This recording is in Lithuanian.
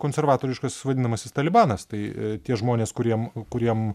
konservatoriškas vadinamasis talibanas tai tie žmonės kuriem kuriem